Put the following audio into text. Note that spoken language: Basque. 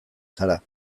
zara